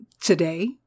today